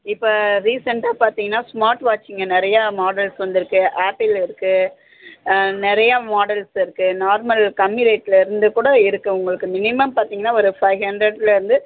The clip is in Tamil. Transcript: இப்போ ரீசெண்ட்டாக பார்த்திங்கனா ஸ்மார்ட் வாச்சுங்க நிறைய மாடெல்ஸ் வந்துருக்குது ஆப்பிள் இருக்குது நிறைய மாடெல்ஸ் இருக்குது நார்மல் கம்மி ரேட்டில் இருந்து கூட இருக்குது உங்களுக்கு மினிமம் பார்த்திங்கனா ஒரு ஃபை ஹண்ட்ரட்லேருந்து